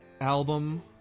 album